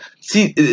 see